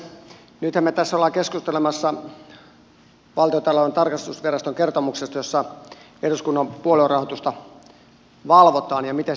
nythän me tässä olemme keskustelemassa valtiontalouden tarkastusviraston kertomuksesta jossa eduskunnan puoluerahoitusta valvotaan ja siitä miten sitä valvotaan